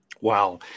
Wow